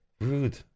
Rude